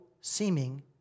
seeming